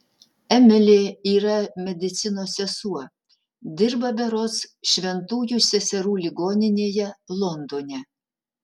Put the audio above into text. emilė yra medicinos sesuo dirba berods šventųjų seserų ligoninėje londone